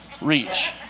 reach